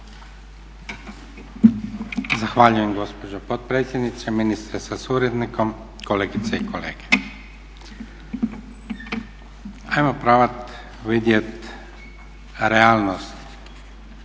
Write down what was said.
Zahvaljujem gospođo potpredsjednice, ministre sa suradnikom, kolegice i kolege. Hajmo probat vidjet realnost